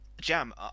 Jam